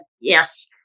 yes